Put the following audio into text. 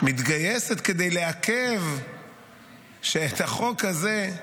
מתגייסת כדי לעכב את החוק הזה,